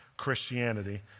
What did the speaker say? Christianity